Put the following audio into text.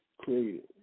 created